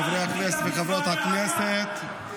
חברי הכנסת וחברות הכנסת -- איימן,